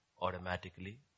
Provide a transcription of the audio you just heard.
automatically